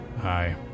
Hi